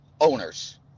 owners